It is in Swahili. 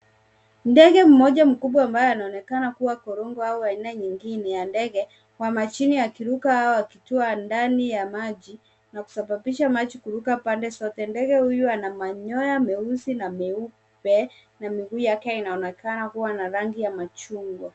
Ndege mmoja mkubwa ambaye anaonekana kuwa korongo au aina nyingine ya ndege wa majini akiruka au akitua ndani ya maji na kusababisha maji kuruka pande zote. Ndege huyu ana manyoya meusi na meupe na miguu yake inaonekana kuwa na rangi ya machungwa.